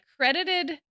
credited